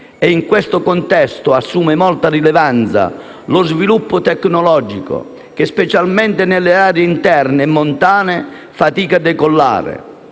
In questo contesto, assume molta rilevanza lo sviluppo tecnologico che, specialmente nelle aree interne e montane fatica a decollare.